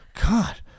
god